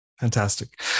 fantastic